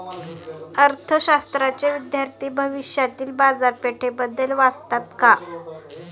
अर्थशास्त्राचे विद्यार्थी भविष्यातील बाजारपेठेबद्दल वाचतात का?